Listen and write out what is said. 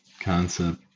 concept